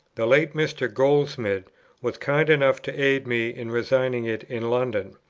the late mr. goldsmid was kind enough to aid me in resigning it in london.